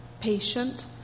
patient